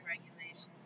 regulations